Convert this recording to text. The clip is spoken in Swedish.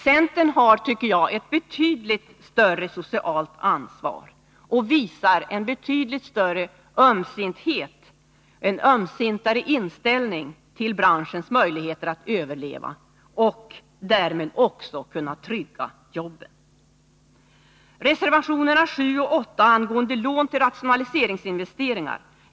Centern tar, tycker jag, ett betydligt större socialt ansvar och visar en mycket ömsintare inställning till branschens möjlighet att överleva och därmed också kunna trygga jobben. Jag går så över till reservationerna 7 och 8 angående lån till rationaliseringsinvesteringar.